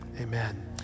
Amen